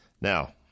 Now